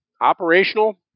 operational